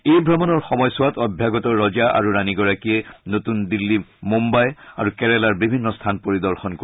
এই ভ্ৰমণৰ সময়ছোৱাত অভ্যাগত ৰজা আৰু ৰাণীগৰাকীয়ে নতুন দিল্লী মুঘাই আৰু কেৰালাৰ বিভিন্ন স্থান পৰিদৰ্শন কৰিব